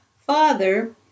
father